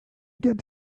get